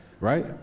right